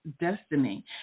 destiny